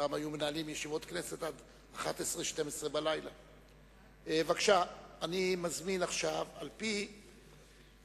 פעם היו מנהלים ישיבות כנסת עד 23:00 24:00. על-פי סדר-היום,